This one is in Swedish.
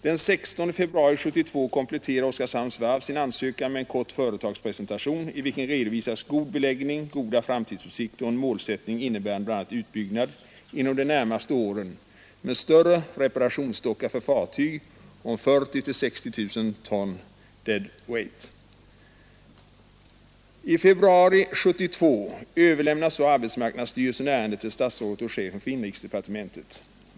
Den 16 februari 1972 kompletterade Oskarshamns Varv sin ansökan med en kort företagspresentation, i vilken redovisades god beläggning, goda framtidsutsikter och en målsättning, innebärande bl.a. utbyggnad inom de närmaste åren med en större reparationsdocka för fartyg om 40 000-60 000 ton deadweight. I februari 1972 överlämnade så arbetsmarknadsstyrelsen ärendet till statsrådet och chefen för inrikesdepartementet.